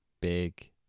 Big